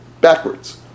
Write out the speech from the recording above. backwards